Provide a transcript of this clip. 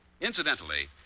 Incidentally